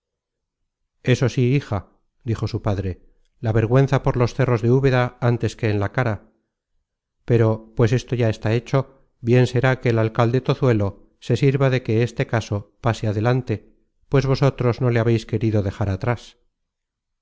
eso sí hija dijo su padre la vergüenza por los cerros de ubeda antes que en la cara pero pues esto está ya hecho content from google book search generated at bien será que el alcalde tozuelo se sirva de que este caso pase adelante pues vosotros no le habeis querido dejar atras